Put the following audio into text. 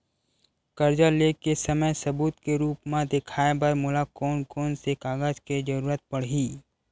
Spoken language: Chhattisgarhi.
कर्जा ले के समय सबूत के रूप मा देखाय बर मोला कोन कोन से कागज के जरुरत पड़ही?